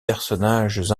personnages